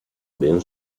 ben